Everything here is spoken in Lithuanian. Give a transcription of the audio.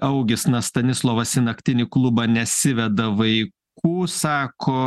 augis na stanislovas į naktinį klubą nesiveda vaikų sako